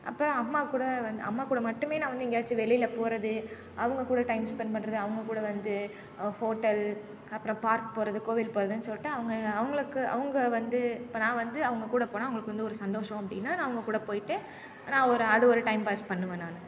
அப்புறம் அம்மாக்கூட வந்து அம்மாக்கூட மட்டுமே நான் வந்து எங்கேயாச்சும் வெளியில போகிறது அவங்கக்கூட டைம் ஸ்பெண்ட் பண்ணுறது அவங்கக்கூட வந்து ஹோட்டல் அப்புறம் பார்க் போகிறது கோவில் போகிறதுன்னு சொல்லிட்டு அவங்க அவங்களுக்கு அவங்க வந்து இப்போ நான் வந்து அவங்ககூட போனால் அவங்களுக்கு வந்து ஒரு சந்தோஷம் அப்படின்னா நான் அவங்கக்கூட போய்ட்டு நான் ஒரு அது ஒரு டைம் பாஸ் பண்ணுவேன் நான்